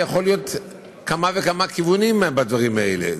יכולים להיות כמה וכמה כיוונים לדברים האלה.